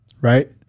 right